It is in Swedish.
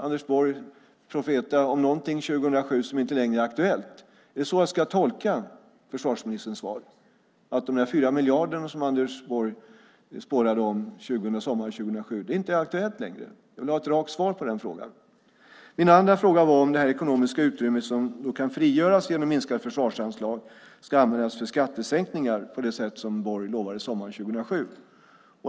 Anders Borg profeterade 2007 om något som inte längre är aktuellt. Är det så jag ska tolka försvarsministerns svar? Det är inte längre aktuellt med de 4 miljarder som Anders Borg talade om sommaren 2007. Jag vill ha ett rakt svar på frågan. Min andra fråga gällde om det ekonomiska utrymme som kan frigöras genom det minskade försvarsanslaget ska användas för skattesänkningar på det sätt som Borg lovade sommaren 2007.